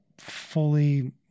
fully